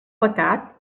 pecat